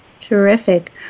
Terrific